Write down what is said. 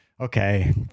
okay